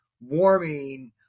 warming